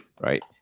right